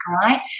right